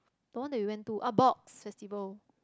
the one that we went to ah box festival